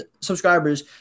subscribers